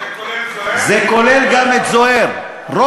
זה כולל את זוהיר?